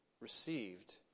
received